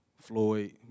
Floyd